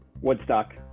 Woodstock